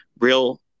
real